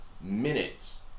minutes